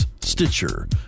Stitcher